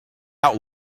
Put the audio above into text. out